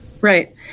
Right